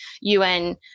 UN